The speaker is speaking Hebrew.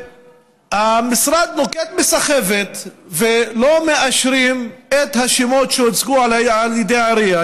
המשרד נוקט סחבת ולא מאשרים את השמות שהוצעו על ידי העירייה,